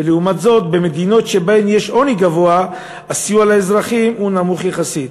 ולעומת זאת במדינות שבהן יש עוני גבוה הסיוע לאזרחים הוא נמוך יחסית.